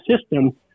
system